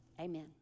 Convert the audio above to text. amen